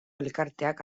elkarteak